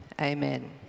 amen